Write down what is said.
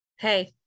hey